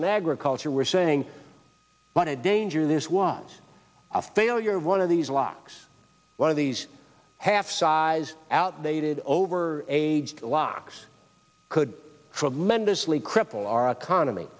and agriculture were saying what a danger this was a failure of one of these locks one of these half size outdated over age locks could tremendously cripple our economy